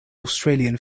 australian